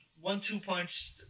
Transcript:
one-two-punch